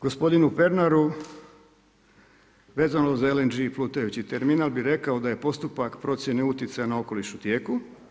Gospodin Pernaru vezano uz LNG plutajući terminal, bi rekao, da je postupak procjene utjecaja na okoliš u tijeku.